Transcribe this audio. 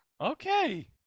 Okay